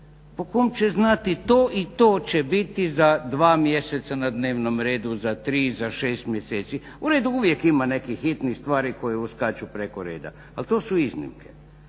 po kom će znati to i to će biti za dva mjeseca na dnevnom redu, za tri, za šest mjeseci. Uredu, uvijek ima nekih hitnih stvari koje uskaču preko reda, ali to su iznimke.